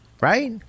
right